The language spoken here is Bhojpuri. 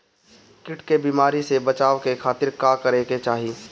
कीट के बीमारी से बचाव के खातिर का करे के चाही?